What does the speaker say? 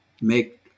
make